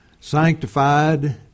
Sanctified